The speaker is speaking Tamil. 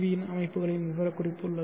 யின் அமைப்புகளின் விவரக்குறிப்பு உள்ளது